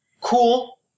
cool